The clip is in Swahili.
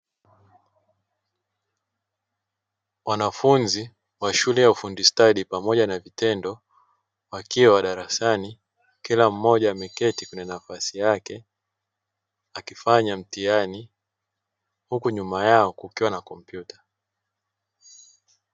Wanafunzi wa shule ya ufundi stadi pamoja na vitendo wakiwa darasani; kila mmoja ameketi kwenye nafasi yake akifanya mtihani, huku nyuma yao kukiwa na Kompyuta.